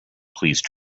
pleased